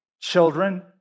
children